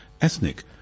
ethnic